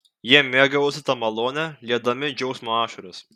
jie mėgavosi ta malone liedami džiaugsmo ašaras